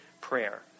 prayer